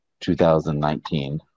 2019